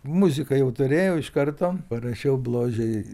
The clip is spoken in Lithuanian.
muziką jau turėjau iš karto parašiau bložei